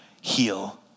heal